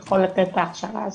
יכול לתת את ההכשרה הזאת.